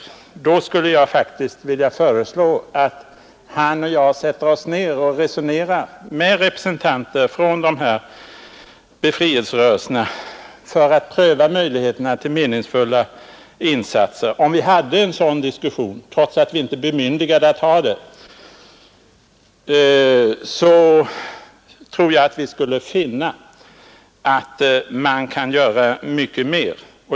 I så fall skulle jag faktiskt vilja föreslå att han och jag sätter oss ned och resonerar med representanter för dessa befrielserörelser för att pröva möjligheterna till meningsfulla insatser. Om vi förde en sådan diskussion — även om vi nu inte är bemyndigade att göra det — tror jag att vi skulle finna att mycket mer kan göras.